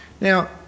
Now